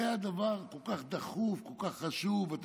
זה הדבר הדחוף כל כך, החשוב כל כך.